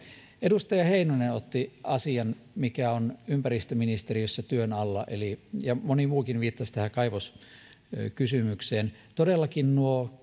edustaja heinonen otti asian mikä on ympäristöministeriössä työn alla ja moni muukin viittasi tähän kaivoskysymykseen nuo